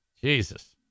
Jesus